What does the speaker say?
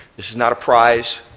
this is not a prize.